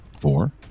four